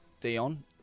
Dion